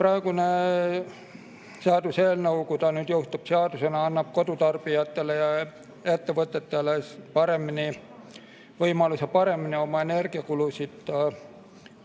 praegune seaduseelnõu, kui ta nüüd jõustub seadusena, annab kodutarbijatele ja ettevõtetele võimaluse paremini oma energiakulusid